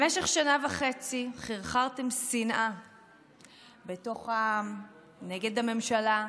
במשך שנה וחצי חרחרתם שנאה בתוך העם, נגד הממשלה,